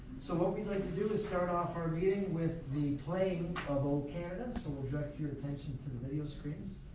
so what we'd like to do is start off our meeting with the playing of o canada, so we'll direct your attention to the video screens.